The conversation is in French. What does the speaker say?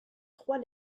trois